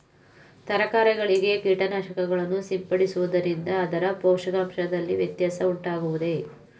ತರಕಾರಿಗಳಿಗೆ ಕೀಟನಾಶಕಗಳನ್ನು ಸಿಂಪಡಿಸುವುದರಿಂದ ಅದರ ಪೋಷಕಾಂಶದಲ್ಲಿ ವ್ಯತ್ಯಾಸ ಉಂಟಾಗುವುದೇ?